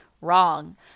Wrong